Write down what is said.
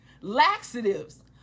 laxatives